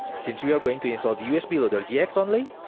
since we are going to install the usb loader gx only,